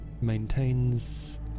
...maintains